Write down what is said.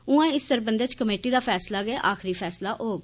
उआं इस सरबंधै च कमेटी दा फैसला गै आखरी फैसला होग